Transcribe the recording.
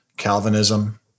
calvinism